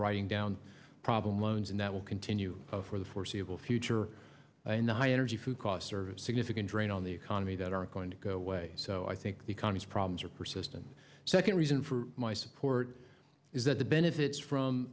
writing down problem loans and that will continue for the foreseeable future and the high energy food costs are significant drain on the economy that aren't going to go away so i think the economy's problems are persistent second reason for my support is that the benefits from